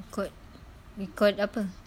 record record apa